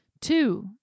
Two